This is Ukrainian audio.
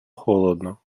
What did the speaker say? холодно